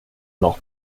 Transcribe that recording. noch